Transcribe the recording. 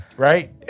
Right